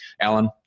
Alan